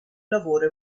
lavoro